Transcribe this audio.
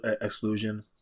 exclusion